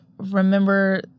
remember